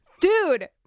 dude